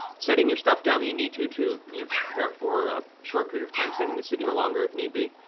setting your stuff down that you need to to you know prepare for a short period of time staying in the city or longer if need be.